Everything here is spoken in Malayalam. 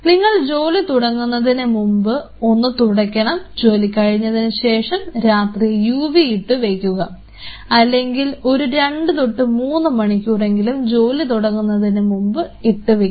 നിങ്ങൾ ജോലി തുടങ്ങുന്നതിനു മുമ്പ് ഒന്നു തുടയ്ക്കണം ജോലി കഴിഞ്ഞതിനുശേഷം രാത്രി യുവി ഇട്ടുവയ്ക്കുക അല്ലെങ്കിൽ ഒരു രണ്ടു തൊട്ട് മൂന്നു മണിക്കൂറെങ്കിലും ജോലി തുടങ്ങുന്നതിനു മുൻപ് ഇട്ടുവയ്ക്കുക